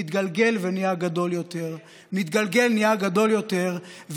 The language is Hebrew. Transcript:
מתגלגל ונהיה גדול יותר, מתגלגל ונהיה גדול יותר.